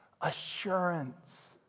Assurance